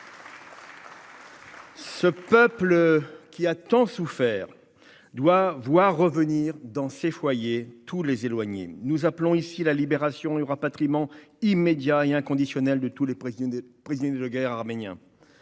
Ce peuple qui a tant souffert doit voir revenir tous les éloignés dans leurs foyers : nous appelons à la libération et au rapatriement immédiats et inconditionnels de tous les prisonniers de guerre arméniens.